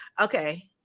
Okay